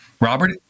Robert